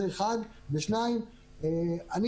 דבר שני,